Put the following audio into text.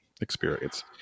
experience